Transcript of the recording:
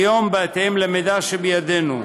כיום, בהתאם למידע שבידנו,